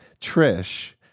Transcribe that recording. Trish